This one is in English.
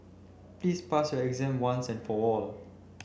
please pass your exam once and for all